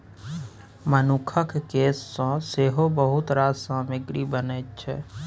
मनुखक केस सँ सेहो बहुत रास सामग्री बनैत छै